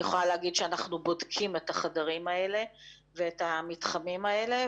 אני יכולה להגיד שאנחנו בודקים את החדרים האלה ואת המתחמים האלה,